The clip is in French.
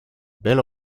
belle